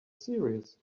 serious